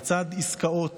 לצד עסקאות